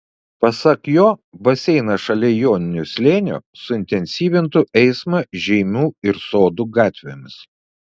pasak jo baseinas šalia joninių slėnio suintensyvintų eismą žeimių ir sodų gatvėmis